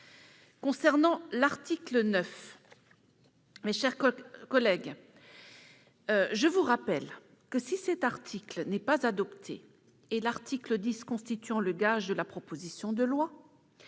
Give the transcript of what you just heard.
voix l'article 8. Mes chers collègues, je vous rappelle que si cet article n'est pas adopté, l'article 10 constituant le gage de la proposition de loi,